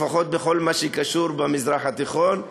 לפחות בכל מה שקשור במזרח התיכון,